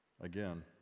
Again